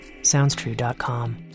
Soundstrue.com